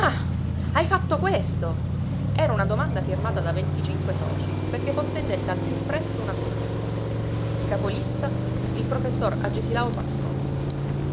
hai fatto questo era una domanda firmata da venticinque socii perché fosse indetta al più presto un'adunanza capolista il professor agesilao pascotti